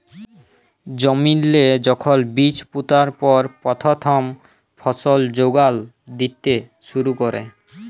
জমিল্লে যখল বীজ পুঁতার পর পথ্থম ফসল যোগাল দ্যিতে শুরু ক্যরে